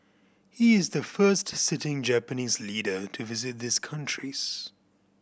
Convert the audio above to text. he is the first sitting Japanese leader to visit these countries